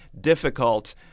difficult